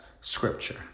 scripture